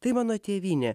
tai mano tėvynė